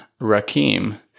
rakim